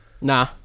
Nah